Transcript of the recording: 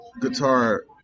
guitar